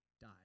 die